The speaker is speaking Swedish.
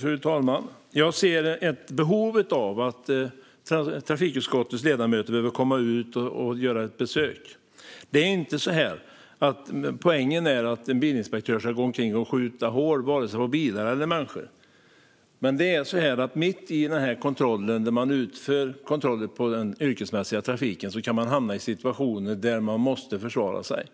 Fru talman! Jag ser ett behov av att trafikutskottets ledamöter kommer ut och gör ett besök. Poängen är inte att en bilinspektör ska gå omkring och skjuta hål på bilar eller människor. Men mitt i den kontroll som man utför inom den yrkesmässiga trafiken kan man hamna i situationer där man måste försvara sig.